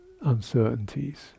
uncertainties